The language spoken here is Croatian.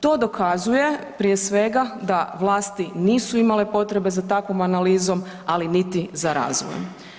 To dokazuje prije svega da vlasti nisu imale potrebe za takvom analizom, ali niti za razvojem.